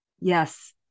Yes